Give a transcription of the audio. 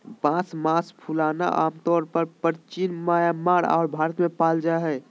बांस मास फूलना आमतौर परचीन म्यांमार आर भारत में पाल जा हइ